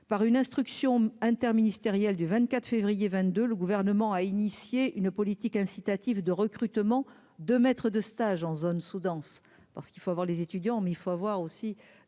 par une instruction interministérielle du 24 février 22, le gouvernement a initié une politique incitative de recrutement de maîtres de stage en zone sous-dense parce qu'il faut avoir les étudiants, mais il faut avoir aussi